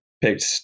picked